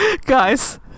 Guys